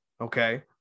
okay